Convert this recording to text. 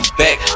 back